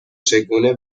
چگونه